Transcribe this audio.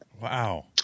Wow